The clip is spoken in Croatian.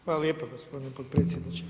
Hvala lijepa gospodine potpredsjedniče.